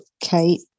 kate